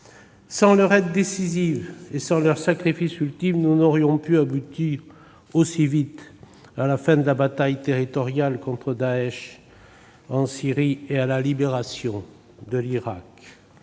Sans leur aide décisive et sans leur sacrifice ultime, nous n'aurions pu aboutir aussi vite à la fin de la bataille territoriale contre Daech en Syrie et à la libération de l'Irak.